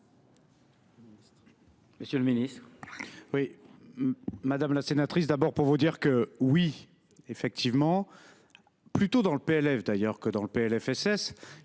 Monsieur le ministre,